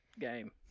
game